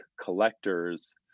collectors